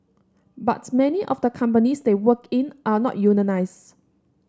but many of the companies they work in are not unionised